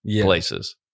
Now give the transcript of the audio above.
places